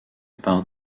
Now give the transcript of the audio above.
par